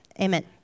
Amen